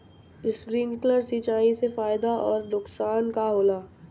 Sprinkler सिंचाई से फायदा अउर नुकसान का होला?